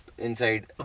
Inside